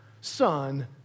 Son